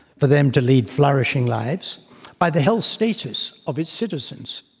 for them to lead flourishing lives by the health status of its citizens.